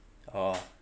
oh